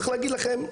צריך להגיד לכם,